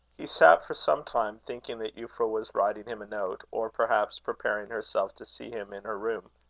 he sat for some time, thinking that euphra was writing him a note, or perhaps preparing herself to see him in her room.